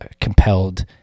compelled